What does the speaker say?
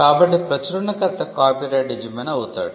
కాబట్టి ప్రచురణకర్త కాపీరైట్ యజమాని అవుతాడు